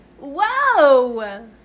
Whoa